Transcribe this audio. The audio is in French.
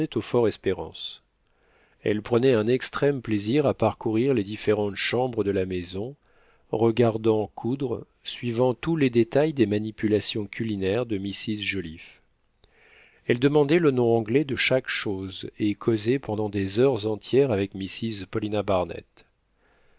au fort espérance elle prenait un extrême plaisir à parcourir les différentes chambres de la maison regardant coudre suivant tous les détails des manipulations culinaires de mrs joliffe elle demandait le nom anglais de chaque chose et causait pendant des heures entières avec mrs paulina barnett